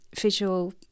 visual